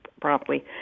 promptly